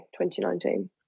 2019